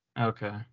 Okay